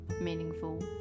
meaningful